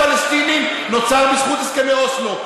כל התוכניות שלכם על אוטונומיה לפלסטינים נוצרו בזכות הסכמי אוסלו.